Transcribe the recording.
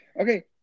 Okay